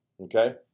okay